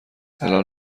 الان